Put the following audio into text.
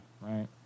right